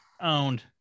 Owned